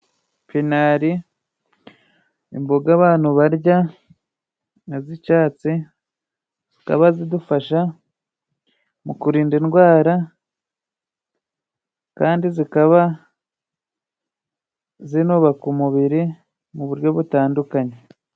Pinari imboga abantu barya z'icatsi, zikaba zidufasha mu kurinda indwara, kandi zikaba zinubaka umubiri mu buryo butandukanye.